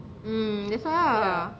mm that's why ah